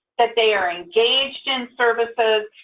that they are engaged in services,